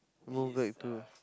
move back to